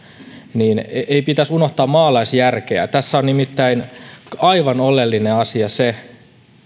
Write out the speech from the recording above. niin että ei pitäisi unohtaa maalaisjärkeä tässä on nimittäin aivan oleellinen asia se